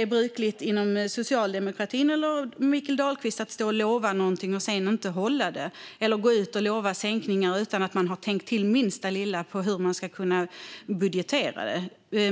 är brukligt inom socialdemokratin eller för Mikael Dahlqvist att stå och lova någonting och sedan inte hålla det eller att gå ut och lova sänkningar utan att man har tänkt det minsta lilla på hur man ska kunna budgetera det.